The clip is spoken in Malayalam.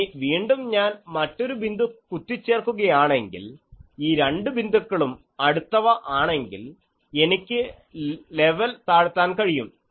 ഇനി വീണ്ടും ഞാൻ മറ്റൊരു ബിന്ദു കുത്തിച്ചേർക്കുകയാണെങ്കിൽ ഈ രണ്ട് ബിന്ദുക്കളും അടുത്തവ ആണെങ്കിൽ എനിക്ക് ലെവൽ താഴ്ത്താൻ കഴിയും